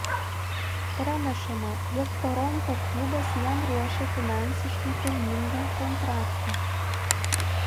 pranešama jog toronto klubas jam ruošia finansiškai pelningą kontraktą